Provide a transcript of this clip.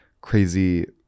Crazy